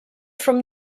from